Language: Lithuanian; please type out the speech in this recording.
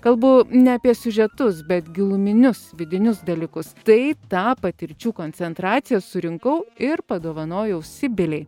kalbu ne apie siužetus bet giluminius vidinius dalykus tai tą patirčių koncentraciją surinkau ir padovanojau sibilei